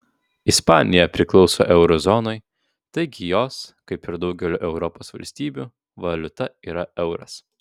ispanija priklauso euro zonai taigi jos kaip ir daugelio europos valstybių valiuta yra euras